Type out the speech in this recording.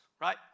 right